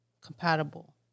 compatible